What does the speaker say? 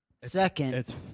Second